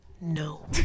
No